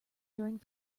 during